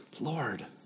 Lord